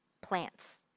plants